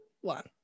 one